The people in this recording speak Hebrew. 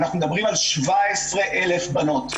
אנחנו מדברים על 17,000 בנות.